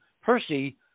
Percy